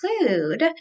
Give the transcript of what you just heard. include